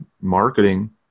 marketing